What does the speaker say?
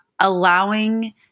allowing